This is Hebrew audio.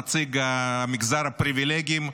נציג מגזר הפריבילגים,